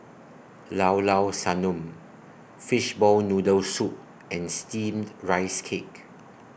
Llao Llao Sanum Fishball Noodle Soup and Steamed Rice Cake